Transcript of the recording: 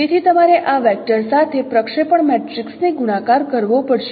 તેથી તમારે આ વેક્ટર સાથે પ્રક્ષેપણ મેટ્રિક્સને ગુણાકાર કરવો પડશે